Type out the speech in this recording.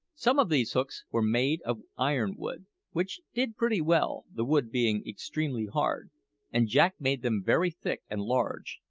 some of these hooks were made of iron-wood which did pretty well, the wood being extremely hard and jack made them very thick and large.